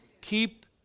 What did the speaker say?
keep